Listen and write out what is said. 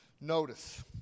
Notice